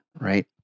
right